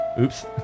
Oops